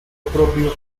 propio